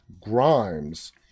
Grimes